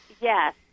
Yes